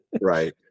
right